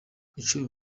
icumbi